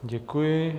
Děkuji.